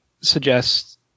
suggest